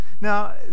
now